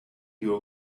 you